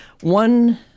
one